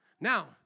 Now